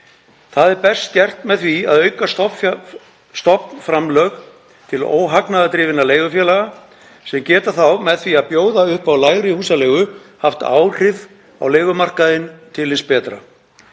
Það er best gert með því að auka stofnframlög til óhagnaðardrifinna leigufélaga sem geta þá, með því að bjóða upp á lægri húsaleigu, haft áhrif á leigumarkaðinn til hins betra.